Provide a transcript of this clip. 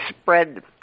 spread